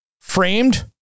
framed